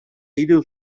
hiru